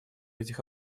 этих